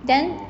then